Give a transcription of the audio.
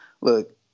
look